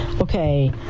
Okay